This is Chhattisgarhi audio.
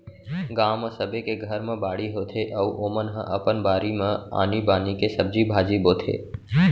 गाँव म सबे के घर म बाड़ी होथे अउ ओमन ह अपन बारी म आनी बानी के सब्जी भाजी बोथे